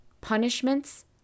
Punishments